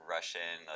Russian